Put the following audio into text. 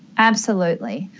absolutely.